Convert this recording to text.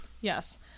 Yes